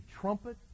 trumpet